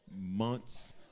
months